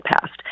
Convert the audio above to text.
passed